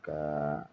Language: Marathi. का